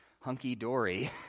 hunky-dory